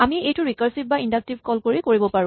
আমি এইটো ৰিকাৰছিভ বা ইন্ডাক্টিভ কল কৰি পাব পাৰো